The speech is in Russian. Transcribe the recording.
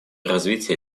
развитие